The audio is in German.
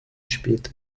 spät